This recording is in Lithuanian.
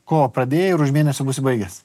kovą pradėjai ir už mėnesio būsi baigęs